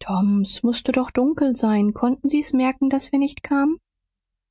tom s mußte doch dunkel sein konnten sie's merken daß wir nicht kamen